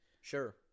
Sure